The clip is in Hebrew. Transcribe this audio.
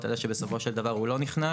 על זה שבסופו של דבר הוא לא נכנס,